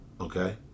Okay